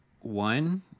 one